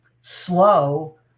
slow